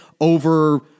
over